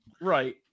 right